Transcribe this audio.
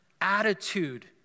attitude